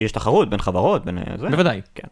יש תחרות בין חברות, בין זה. בוודאי.